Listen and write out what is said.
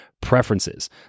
preferences